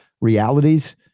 realities